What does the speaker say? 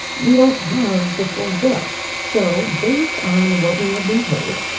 we don't have the full bill. so based on what we have been told,